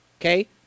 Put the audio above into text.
Okay